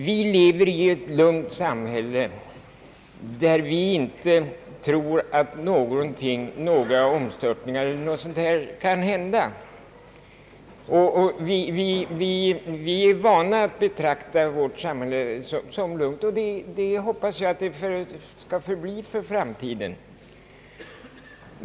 Vi lever i ett samhälle som vi vant oss vid att betrakta som lugnt, ett samhälle där vi inte tror att några omstörtningar kan hända, och jag hoppas att det så skall förbli för framtiden.